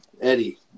Eddie